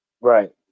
Right